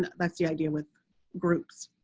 that's the idea with groups.